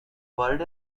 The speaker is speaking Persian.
وارد